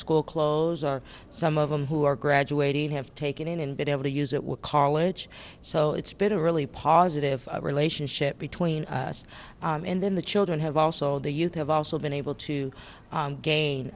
school clothes are some of them who are graduating have taken in and been able to use it with college so it's been a really positive relationship between us and then the children have also the youth have also been able to gain